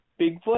Bigfoot